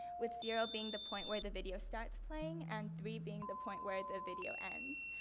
with zero being the point where the video starts playing and three being the point where the video ends.